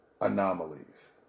anomalies